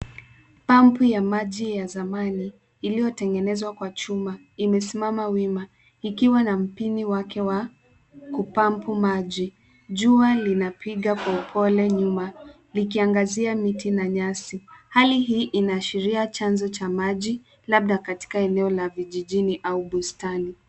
Pampu ya maji ya zamani iliyotengenezwa kwa chuma imesimama wima ikiwa na mpini wake wa kupampu maji. Jua linapiga kwa upole nyuma likiangazia miti na nyasi. Hali hii inaashiria chanzo cha maji labda katika eneo la vijijini au bustani.